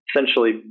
essentially